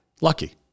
Lucky